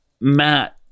matt